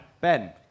Ben